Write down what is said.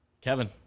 Kevin